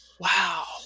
Wow